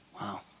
Wow